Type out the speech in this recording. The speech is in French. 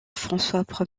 françois